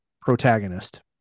protagonist